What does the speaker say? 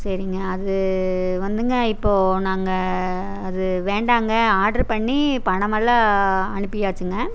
சரிங்க அது வந்துங்க இப்போ நாங்கள் அது வேண்டாம்ங்க ஆர்ட்ரு பண்ணி பணமெல்லாம் அனுப்பியாச்சுங்க